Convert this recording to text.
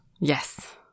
Yes